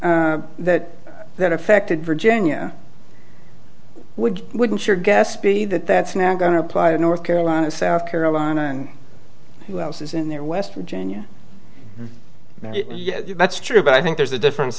that that affected virginia would wouldn't your guess be that that's now going to apply in north carolina south carolina and who else is in there west virginia yeah that's true but i think there's a difference